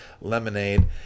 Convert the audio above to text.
lemonade